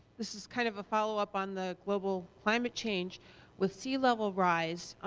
this is kind of a follow-up on the global climate change with sea level rise.